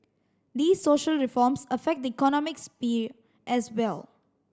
these social reforms affect the economic as well